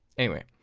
anyway.